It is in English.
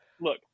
look